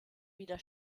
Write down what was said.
wieder